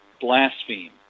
blaspheme